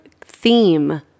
theme